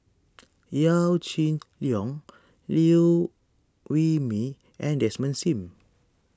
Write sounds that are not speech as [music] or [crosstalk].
[noise] Yaw Shin Leong Liew Wee Mee and Desmond Sim